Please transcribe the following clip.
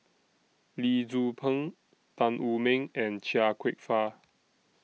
Lee Tzu Pheng Tan Wu Meng and Chia Kwek Fah